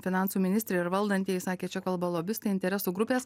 finansų ministrė ir valdantieji sakė čia kalba lobistai interesų grupės